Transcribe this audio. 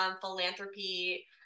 philanthropy